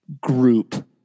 group